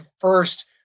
first